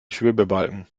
schwebebalken